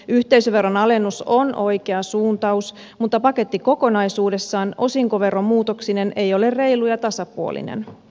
yhteisöveron alennus on oikea suuntaus mutta paketti kokonaisuudessaan osinkoveromuutoksineen ei ole reilu ja tasapuolinen